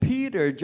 Peter